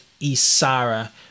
Isara